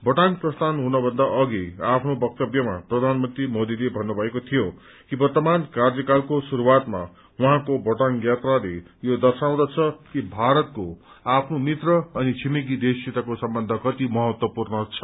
भोटाङ प्रस्थान हुनभन्दा अघि आफ्नो वक्तव्यमा प्रधानमन्त्री मोदीले भन्नुभएको थियो कि वर्तमान कार्यकालको शुरूआतमा उहाँको भोटाङ यात्राले यो दशाउँदछ कि भारतको आफ्नो मित्र अनि छिमेकी देशसितको सम्बन्ध कति महत्वपूर्ण छ